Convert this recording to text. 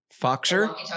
Foxer